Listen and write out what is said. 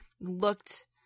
looked